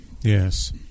Yes